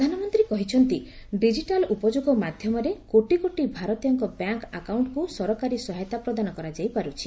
ପ୍ରଧାନମନ୍ତ୍ରୀ କହିଛନ୍ତି ଡିଜିଟାଲ ଉପଯୋଗ ମାଧ୍ୟମରେ କୋଟି କୋଟି ଭାରତୀୟଙ୍କ ବ୍ୟାଙ୍କ ଆକାଉଣ୍ଟକୁ ସରକାରୀ ସହାୟତା ପ୍ରଦାନ କରାଯାଇପାରୁଛି